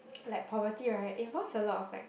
like poverty right involves a lot of like